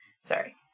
Sorry